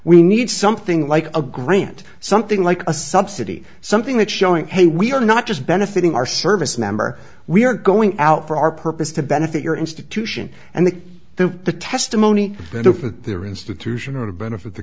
we need something like a grant something like a subsidy something that showing hey we are not just benefiting our service member we are going out for our purpose to benefit your institution and the the the testimony better for their institution or to benefit the